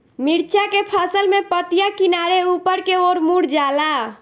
मिरचा के फसल में पतिया किनारे ऊपर के ओर मुड़ जाला?